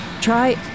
try